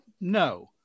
No